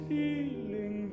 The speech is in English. feeling